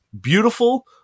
beautiful